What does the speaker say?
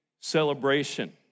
celebration